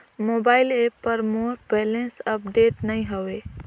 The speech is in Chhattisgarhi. मोबाइल ऐप पर मोर बैलेंस अपडेट नई हवे